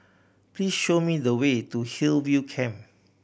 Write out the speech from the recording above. please show me the way to Hillview Camp